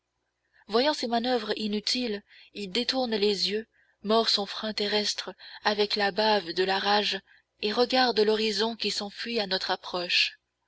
voyant ses manoeuvres inutiles il détourne les yeux mord son frein terrestre avec la bave de la rage et regarde l'horizon qui s'enfuit à notre approche